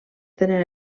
tenen